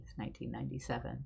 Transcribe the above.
1997